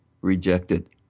rejected